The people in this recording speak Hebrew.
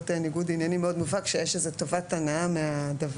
ניגוד עניינים מאוד מובהק שיש איזה טובת הנאה מהדבר,